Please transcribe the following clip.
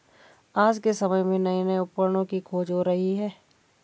आज के समय में नये नये उपकरणों की खोज हो रही है